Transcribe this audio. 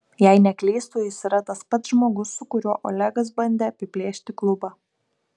jei neklystu jis yra tas pats žmogus su kuriuo olegas bandė apiplėšti klubą